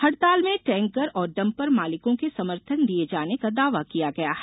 हड़ताल में टैंकर और डंपर मालिकों के समर्थन दिये जाने का दावा किया गया है